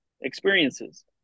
experiences